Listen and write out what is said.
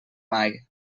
mai